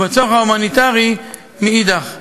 ובצורך ההומניטרי מאידך גיסא.